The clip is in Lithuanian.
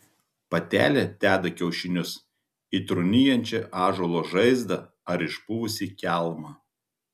patelė deda kiaušinius į trūnijančią ąžuolo žaizdą ar išpuvusį kelmą